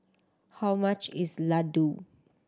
how much is Ladoo